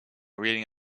reading